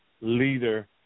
leader